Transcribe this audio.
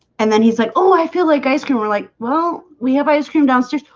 and then he's like, oh, i feel like ice cream were like, well, we have ice cream downstairs.